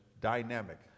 dynamic